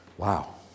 Wow